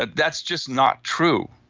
ah that's just not true.